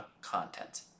content